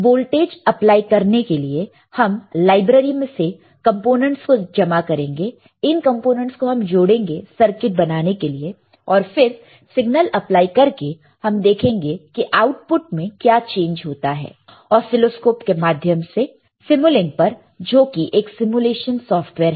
voltage apply करने के लिए हम लाइब्रेरी में से कंपोनेंट्स को जमा करेंगे इन कंपोनेंट्स को हम जोड़ेंगे सर्किट बनाने के लिए और फिर सिग्नल अप्लाई करके हम देखेंगे कि आउटपुट में क्या चेंज होता है ऑसीलोस्कोप के माध्यम से सिमुलिंक पर जो कि एक सिमुलेशन सॉफ्टवेयरहै